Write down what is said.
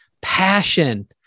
passion